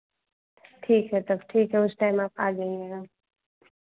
ठीक है तब ठीक है उस टाइम आप आ जाइएगा